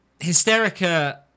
Hysterica